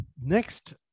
next